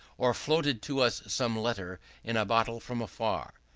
or floated to us some letter in a bottle from far.